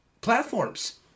platforms